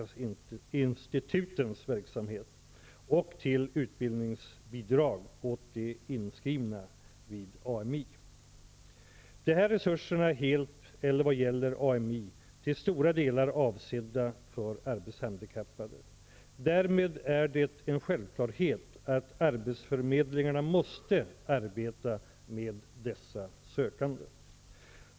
De här resurserna är helt eller, vad gäller AMI, till stora delar avsedda för arbetshandikappade. Därmed är det en självklarhet att arbetsförmedlingarna måste arbeta med dessa sökande.